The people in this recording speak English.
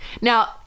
Now